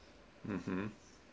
mmhmm